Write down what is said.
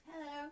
hello